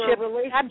relationship